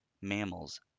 mammals